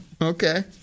Okay